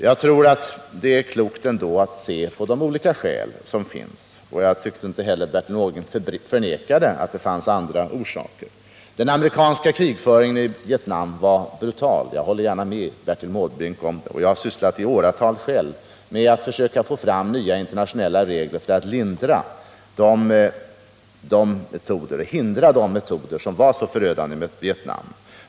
Jag tror det ändå är klokt att se på de olika skäl som finns, och jag tyckte inte heller att Bertil Måbrink förnekade att det fanns andra orsaker. Den amerikanska krigföringen i Vietnam var brutal, det håller jag gärna med Bertil Måbrink om. Jag har i åratal själv sysslat med att försöka få fram nya internationella regler för att hindra de metoder som var så förödande i Vietnam.